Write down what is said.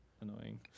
annoying